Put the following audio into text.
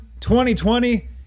2020-